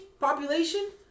population